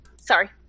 Sorry